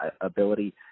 ability